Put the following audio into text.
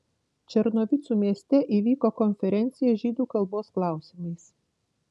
černovicų mieste įvyko konferencija žydų kalbos klausimais